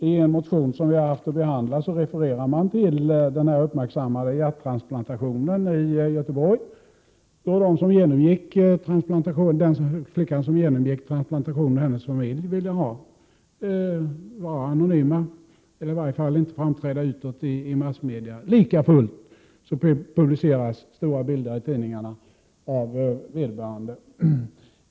I en motion som vi haft att behandla refereras det till den uppmärksammade hjärttransplantationen i Göteborg, då den flicka som genomgick transplantationen och hennes familj ville vara anonym eller i varje fall inte 103 framträda utåt i massmedia. Likafullt publicerades stora bilder av vederbörande i tidningarna.